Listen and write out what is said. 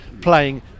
playing